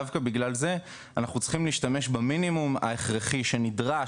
דווקא בגלל זה אנחנו צריכים להשתמש במינימום ההכרחי שנדרש,